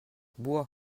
bois